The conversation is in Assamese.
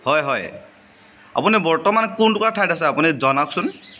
হয় হয় আপুনি বৰ্তমান কোনটুকুৰা ঠাইত আছে আপুনি জনাওকচোন